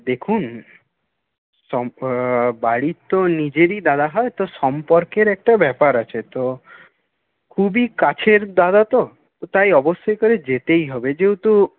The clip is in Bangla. দেখুন সম বাড়ির তো নিজেরই দাদা হয় তো সম্পর্কের একটা ব্যাপার আছে তো খুবই কাছের দাদা তো তো তাই অবশ্যই করে যেতেই হবে যেহেতু